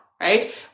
right